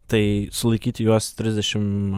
tai sulaikyti juos trisdešimt